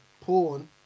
porn